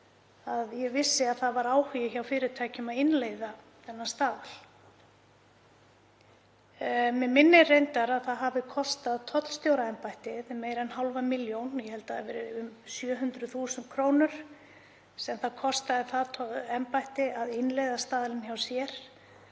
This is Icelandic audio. að ég vissi að það var áhugi hjá fyrirtækjum á að innleiða þennan staðal. Mig minnir reyndar að það hafi kostað tollstjóraembættið meira en hálfa milljón, ég held það hafi verið um 700.000 kr., að innleiða staðalinn hjá sér.